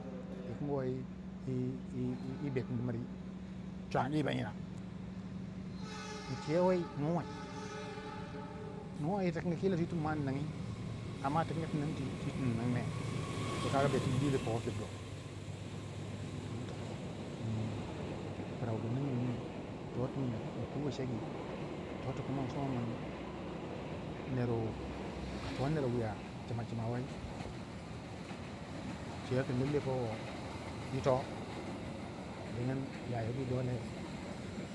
yi kingu woi yi betini miri chwangi banyina incewei nuwai nu wai yitikingi twi tin ningiy amma yitikingi ti nin twi, twi tin ning ne to kaga betini diro po chudu do, dingin tono miii pra wubu ningumu toti mwi in puwo cegiy, totu kuma insoma min ner kato ner wuya cima cima wai, cewei kin lallai powo yito dingin ya yogi dole